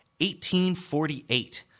1848